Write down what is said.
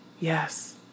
Yes